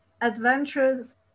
adventures